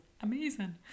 amazing